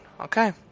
Okay